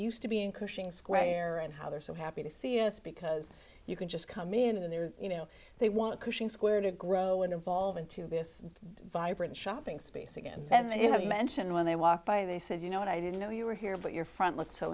used to be in cushing square and how they're so happy to see us because you can just come in there you know they want pushing square to grow and evolve into this vibrant shopping space again sense and you have mentioned when they walk by they said you know what i didn't know you were here but your front looked so